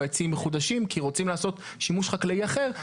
עצים מחודשים כי רוצים לעשות שימוש חקלאי אחר,